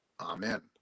Amen